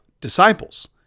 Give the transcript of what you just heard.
disciples